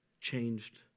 changed